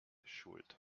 schuld